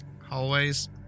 Hallways